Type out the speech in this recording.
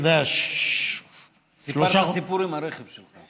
אני יודע, סיפרת סיפור עם הרכב שלך.